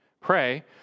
pray